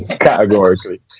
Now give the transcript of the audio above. Categorically